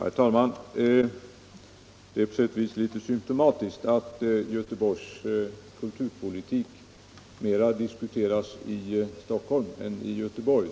Herr talman! Det är på sätt och vis litet symtomatiskt att Göteborgs kulturpolitik mera diskuteras i Stockholm än i Göteborg.